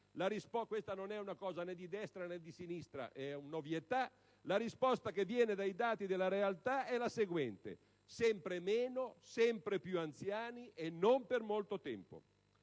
(questa non è una cosa né di destra né di sinistra, è un'ovvietà), la risposta che viene dai dati della realtà è la seguente: sempre meno, sempre più anziani e non per molto tempo.